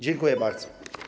Dziękuję bardzo.